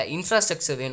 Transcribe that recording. Infrastructure